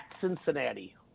Cincinnati